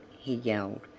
he yelled,